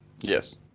Yes